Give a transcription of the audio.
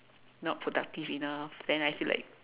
not productive enough then I still like